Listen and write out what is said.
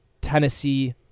Tennessee